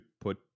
put